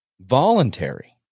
voluntary